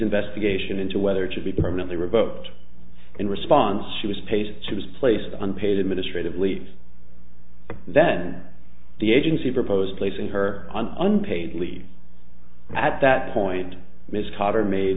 investigation into whether it should be permanently revoked in response she was paid she was placed on paid administrative leave then the agency proposed placing her on unpaid leave at that point ms carter made